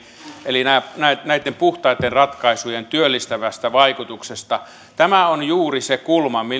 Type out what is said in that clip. eli näitten näitten puhtaitten ratkaisujen työllistävästä vaikutuksesta tämä on juuri se kulma